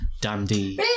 dandy